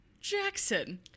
Jackson